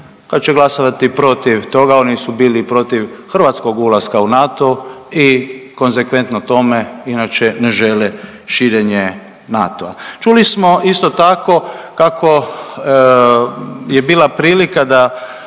kad će glasovati protiv toga, oni su bili protiv hrvatskog ulaska u NATO i konzekventno tome inače ne žele širenje NATO-a. Čuli smo isto tako kako je bila prilika da